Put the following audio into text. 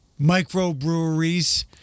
microbreweries